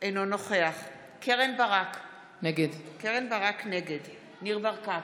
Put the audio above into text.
אינו נוכח קרן ברק, נגד ניר ברקת,